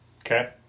Okay